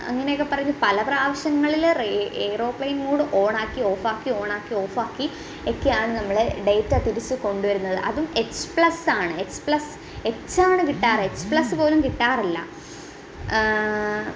അങ്ങനെയൊക്കെ പറയുന്ന പല പ്രാവശ്യങ്ങളിൽ റേ ഏറോപ്ലെയിൻ മോഡ് ഓണാക്കി ഓഫാക്കി ഓണാക്കി ഓഫാക്കി ഒക്കെ ആണ് നമ്മാൾ ഡേറ്റ തിരിച്ചു കൊണ്ടുവരുന്നത് അതും എച്ച് പ്ലസാണ് എക്സ് പ്ലസ് എച്ചാണ് കിട്ടാറ് എച്ച്പ്ലസ് പോലും കിട്ടാറില്ല